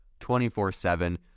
24-7